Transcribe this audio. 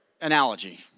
analogy